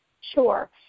Sure